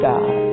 God